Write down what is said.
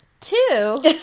Two